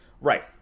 right